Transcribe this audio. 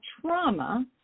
trauma